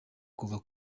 kuva